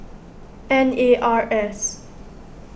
N A R S